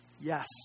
Yes